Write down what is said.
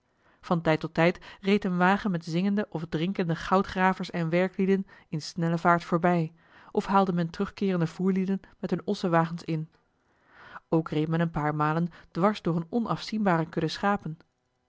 van tijd tot tijd reed een wagen met zingende of drinkende goudgravers en werklieden in snelle vaart voorbij of haalde men terugkeerende voerlieden met hunne ossenwagens in ook reed men een paar malen dwars door eene onafzienbare kudde schapen